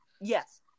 Yes